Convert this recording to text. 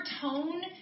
tone